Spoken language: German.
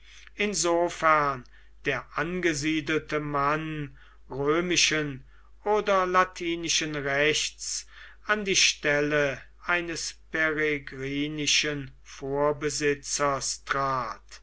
insofern der angesiedelte mann römischen oder latinischen rechts an die stelle eines peregrinischen vorbesitzers trat